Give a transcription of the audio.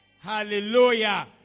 Hallelujah